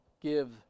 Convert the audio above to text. give